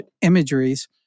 imageries